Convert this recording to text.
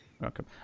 welcome